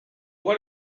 what